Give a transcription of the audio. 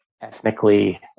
ethnically